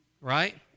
right